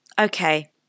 okay